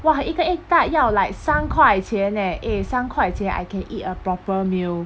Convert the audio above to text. !wah! 一个 egg tart 要 like 三块钱 leh eh 三块钱 I can eat a proper meal